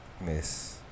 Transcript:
Miss